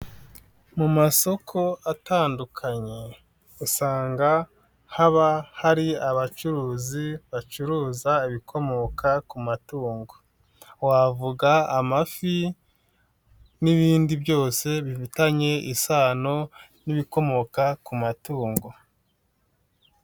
Mu masoko atandukanye, usanga haba hari abacuruzi bacuruza ibikomoka ku matungo. wavuga amafi n'ibindi byose bifitanye isano n'ibikomoka ku matungo.